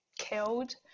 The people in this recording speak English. killed